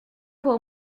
pour